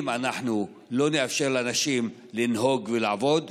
אם אנחנו לא נאפשר לאנשים לנהוג ולעבוד,